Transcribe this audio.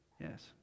Yes